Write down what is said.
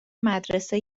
مدرسه